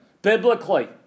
Biblically